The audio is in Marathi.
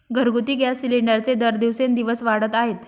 घरगुती गॅस सिलिंडरचे दर दिवसेंदिवस वाढत आहेत